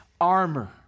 armor